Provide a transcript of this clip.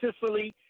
Sicily